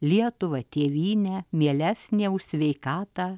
lietuva tėvynė mielesnė už sveikatą